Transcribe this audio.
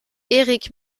erik